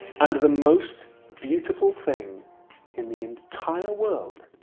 and the most beautiful thing in the entire world